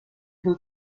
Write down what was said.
who